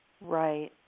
Right